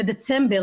בדצמבר,